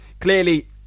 clearly